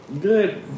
Good